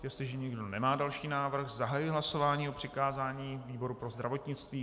Jestliže nikdo nemá další návrh, zahajuji hlasování o přikázání výboru pro zdravotnictví.